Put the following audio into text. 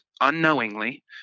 unknowingly